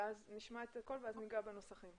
נשמע את הכול ואז ניגע בנוסחים.